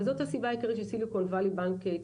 וזאת הסיבה העיקרית שסיליקון ואלי בנק הצליח